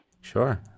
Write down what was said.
Sure